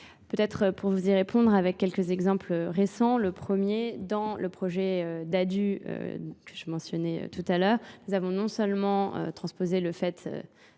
Peut-être pour vous y répondre avec quelques exemples récents, le premier dans le projet d'addu que je mentionnais tout à l'heure, nous avons non seulement transposé le fait